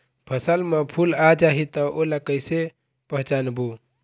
फसल म फूल आ जाही त ओला कइसे पहचानबो?